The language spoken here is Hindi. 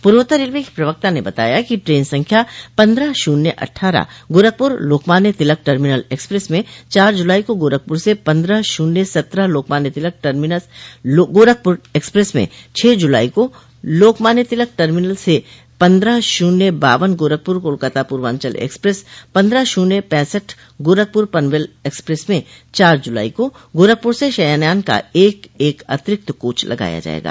पूर्वोत्तर रेलवे के प्रवक्ता ने बताया कि ट्रेन संख्या पन्द्रह शुन्य अट्ठारह गोरखपुर लोकमान्य तिलक टर्मिनस एक्सप्रेस में चार जुलाई को गोरखपुर से पन्द्रह शून्य सत्रह लोकमान्य तिलक टर्मिनस गोरखपुर एक्सप्रेस में छह जुलाई को लोकमान्य तिलक टर्मिनस से पन्द्रह शून्य बावन गोरखपुर कालकाता पूर्वांचल एक्सप्रेस पन्द्रह शून्य पैसठ गोरखपुर पनवेल एक्सप्रेस म चार जुलाई को गोरखपुर से शयनयान का एक एक अतिरिक्त कोच लगाया जायेगा